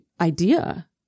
idea